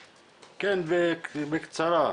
כן, בקצרה.